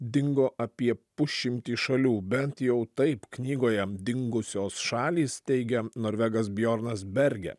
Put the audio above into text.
dingo apie pusšimtį šalių bent jau taip knygoje dingusios šalys teigia norvegas bjornas bergė